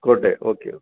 Kote okay okay